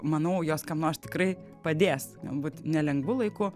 manau jos kam nors tikrai padės galbūt nelengvu laiku